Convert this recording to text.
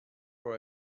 for